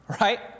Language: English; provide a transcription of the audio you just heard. Right